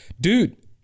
dude